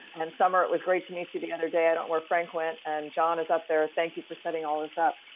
and summer, it was great to meet you the other day. i don't where frank went. and john is up there. thank you for setting all this up.